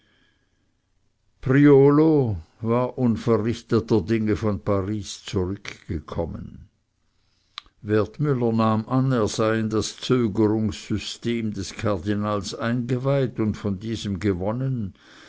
priolo war unverrichteter dinge von paris zurückgekommen wertmüller nahm an er sei in das zögerungssystem des kardinals eingeweiht und von diesem gewonnen